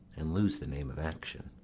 and lose the name of action